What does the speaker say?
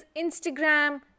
Instagram